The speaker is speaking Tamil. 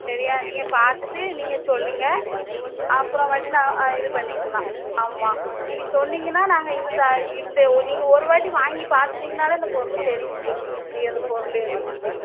சரியா நீங்கள் பார்த்துட்டு நீங்கள் சொல்லுங்கள் அப்புறமேட்டு நான் இது பண்ணிக்கலாம் ஆமாம் நீங்கள் சொன்னிங்கன்னா நாங்கள் இது தான் இந்த நீங்கள் ஒரு வாட்டி வாங்கி பார்த்துட்டிங்கன்னாலே அந்த பொருள் தெரியும் எப்படி இருக்கு அந்த பொருள் அப்படின்ட்டு